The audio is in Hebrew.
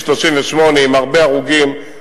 עם הרבה הרוגים,